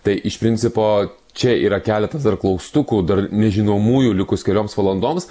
tai iš principo čia yra keletas dar klaustukų dar nežinomųjų likus kelioms valandoms